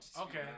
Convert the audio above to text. Okay